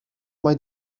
mae